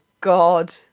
god